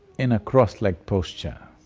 in a crossed-leg posture.